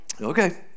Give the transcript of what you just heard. okay